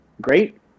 great